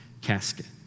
casket